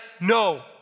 no